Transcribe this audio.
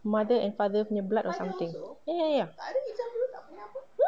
mother and father punya blood or something ya ya ya hmm